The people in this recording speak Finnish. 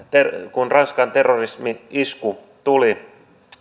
kun ranskan terrorismi isku tuli